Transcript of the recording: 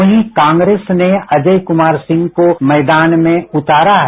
वही कांग्रेस ने अजय कुमार सिंह को मैदान में उतारा है